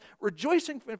rejoicing